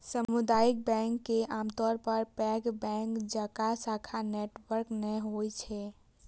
सामुदायिक बैंक के आमतौर पर पैघ बैंक जकां शाखा नेटवर्क नै होइ छै